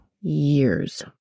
years